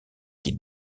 qui